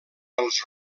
els